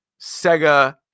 Sega